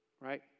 right